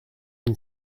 une